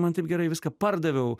man taip gerai viską pardaviau